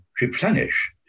replenish